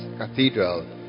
Cathedral